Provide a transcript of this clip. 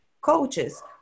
coaches